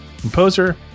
composer